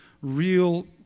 real